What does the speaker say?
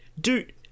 dude